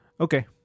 Okay